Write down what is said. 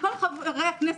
שכול חברי הכנסת,